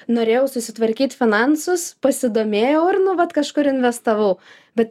norėjau susitvarkyt finansus pasidomėjau ir nu vat kažkur investavau bet